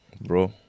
bro